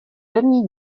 první